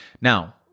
Now